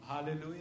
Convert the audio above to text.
Hallelujah